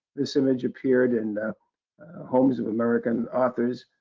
this image appeared in homes of american authors,